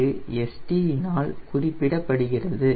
இது St இனால் குறிப்பிடப்படுகிறது